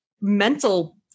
mental